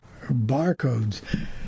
Barcodes